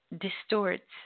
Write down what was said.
distorts